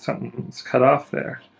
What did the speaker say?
let's cut off their